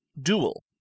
Dual